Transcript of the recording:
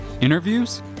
Interviews